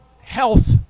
health